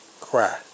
cry